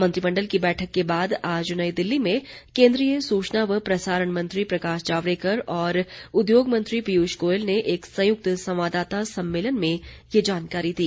मंत्रिमंडल की बैठक के बाद आज नई दिल्ली में केन्द्रीय सूचना व प्रसारण मंत्री प्रकाश जावड़ेकर और उद्योग मंत्री पीयूष गोयल ने एक संयुक्त संवाददाता सम्मेलन में ये जानकारी दी